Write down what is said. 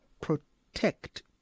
protect